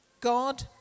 God